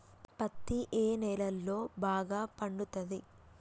పత్తి ఏ నేలల్లో బాగా పండుతది?